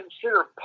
consider